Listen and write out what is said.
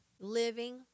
living